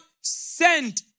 sent